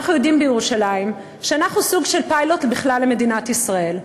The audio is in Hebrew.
אנחנו בירושלים יודעים שאנחנו סוג של פיילוט בכלל למדינת ישראל.